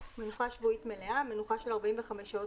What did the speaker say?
"מנוחה שבועית מלאה" מנוחה של 45 שעות